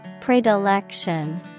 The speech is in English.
Predilection